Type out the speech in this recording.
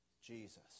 Jesus